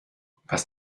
was